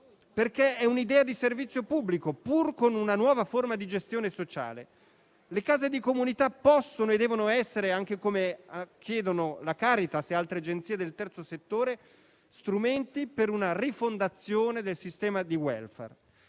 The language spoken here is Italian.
perché è un'idea di servizio pubblico, pur con una nuova forma di gestione sociale. Le case di comunità possono e devono essere - anche come chiedono la Caritas e altre agenzie del terzo settore - strumenti per una rifondazione del sistema di *welfare*.